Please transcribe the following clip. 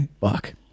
Fuck